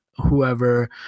whoever